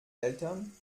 eltern